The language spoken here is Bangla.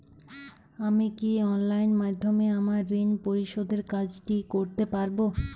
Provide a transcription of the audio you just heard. আমি কি অনলাইন মাধ্যমে আমার ঋণ পরিশোধের কাজটি করতে পারব?